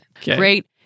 great